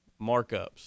markups